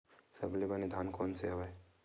सबले बने धान कोन से हवय?